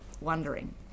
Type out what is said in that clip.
wondering